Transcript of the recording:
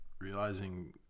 realizing